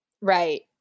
Right